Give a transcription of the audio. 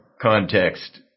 context